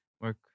work